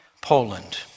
Poland